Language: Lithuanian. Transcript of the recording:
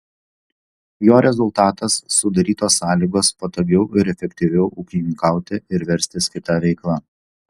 jo rezultatas sudarytos sąlygos patogiau ir efektyviau ūkininkauti ir verstis kita veikla